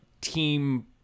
team